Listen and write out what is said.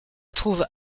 trouve